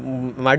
ah